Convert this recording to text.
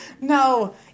no